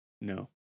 No